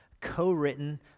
Co-written